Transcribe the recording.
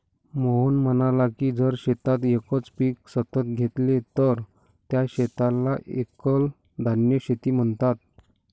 मोहन म्हणाला की जर शेतात एकच पीक सतत घेतले तर त्या शेताला एकल धान्य शेती म्हणतात